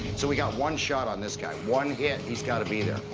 so we've got one shot on this guy. one hit. he's got to be there.